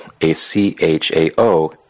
A-C-H-A-O